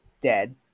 dead